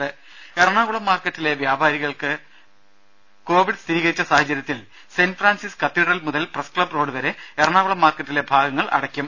രുദ എറണാകുളം മാർക്കറ്റിലെ വ്യാപാരികൾക്ക് കോവിഡ് സ്ഥിരീകരിച്ച സാഹചര്യത്തിൽ സെന്റ് ഫ്രാൻസിസ് കത്തീഡ്രൽ മുതൽ പ്രസ്ക്ലബ്ബ് റോഡ് വരെ എറണാകുളം മാർക്കറ്റിലെ ഭാഗങ്ങൾ അടയ്ക്കും